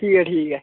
ठीक ऐ ठीक ऐ